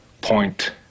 point